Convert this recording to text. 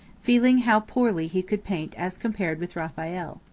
feeling how poorly he could paint as compared with raphael.